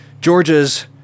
Georgia's